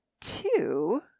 two